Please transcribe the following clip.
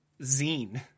zine